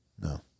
No